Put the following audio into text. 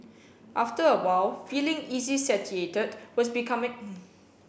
after a while feeling easily satiated was becoming